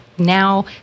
Now